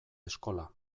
eskola